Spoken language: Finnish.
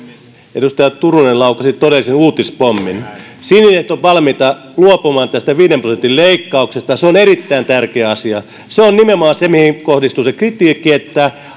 edustaja turunen laukaisi todellisen uutispommin siniset ovat valmiita luopumaan tästä viiden prosentin leikkauksesta se on erittäin tärkeä asia se on nimenomaan se mihin kohdistuu se kritiikki että